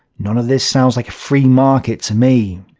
none of this sounds like a free market to me.